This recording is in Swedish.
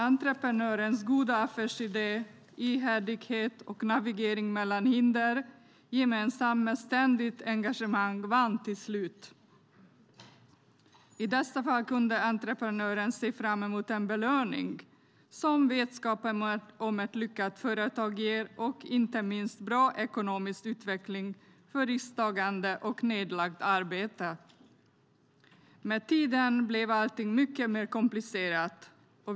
Entreprenörens goda affärsidé, ihärdighet och navigering mellan hinder tillsammans med ett ständigt engagemang har till slut vunnit. I dessa fall har entreprenören kunnat se fram emot en belöning, som vetskapen om ett lyckat företag ger, och inte minst en bra ekonomisk utveckling för risktagande och nedlagt arbete. Med tiden har allting blivit mycket mer komplicerat.